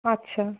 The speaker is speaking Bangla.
আচ্ছা